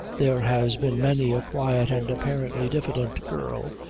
there has been many a quiet and apparently diffident girl,